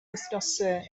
wythnosau